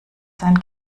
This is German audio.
sein